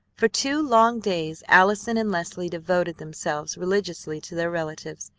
for two long days allison and leslie devoted themselves religiously to their relatives,